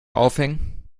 aufhängen